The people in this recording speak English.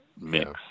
mix